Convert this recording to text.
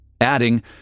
adding